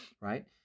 right